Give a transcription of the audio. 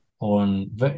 on